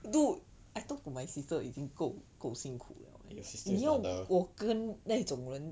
your sister is another